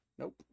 Nope